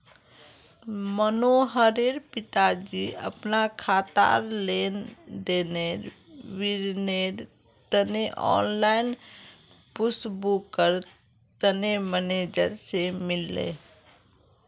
मनोहरेर पिताजी अपना खातार लेन देनेर विवरनेर तने ऑनलाइन पस्स्बूकर तने मेनेजर से मिलले